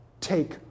take